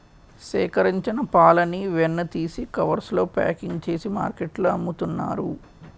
సేకరించిన పాలని వెన్న తీసి కవర్స్ లో ప్యాకింగ్ చేసి మార్కెట్లో అమ్ముతున్నారు